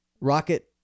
Rocket